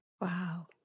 Wow